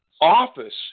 office